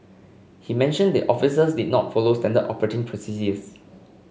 he mentioned the officers did not follow standard operating procedures